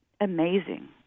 amazing